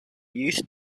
youth